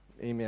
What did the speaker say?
Amen